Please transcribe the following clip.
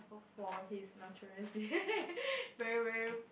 for his notorious way very very